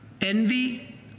envy